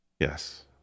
Yes